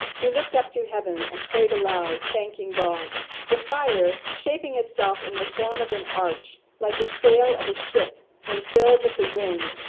he looked up to heaven, and prayed aloud, thanking god the fire, shaping itself in the form of an arch, like the sail of a ship when filled with the wind,